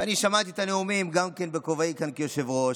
אני שמעתי את הנאומים גם בכובעי כאן כיושב-ראש,